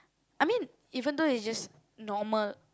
I mean even though it's just normal